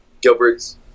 Gilbert's